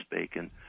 Bacon